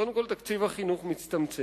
קודם כול, תקציב החינוך מצטמצם.